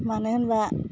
मानो होनबा